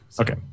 Okay